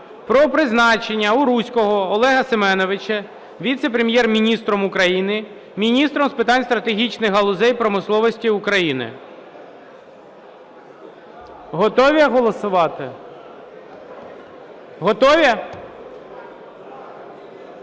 про призначення Уруського Олега Семеновича віце-прем'єр-міністром України – міністром з питань стратегічних галузей промисловості України. Готові голосувати? Готові?